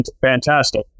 fantastic